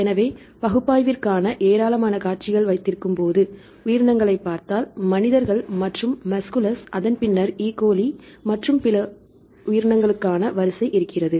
எனவே பகுப்பாய்விற்கான ஏராளமான காட்சிகள் வைத்திருக்கும்போது உயிரினங்களைப் பார்த்தால் மனிதர்கள் மற்றும் மஸ்குலஸ் அதன் பின்னர் ஈ கோலி மற்றும் பிற உயிரினங்களுக்கான வரிசை இருக்கிறது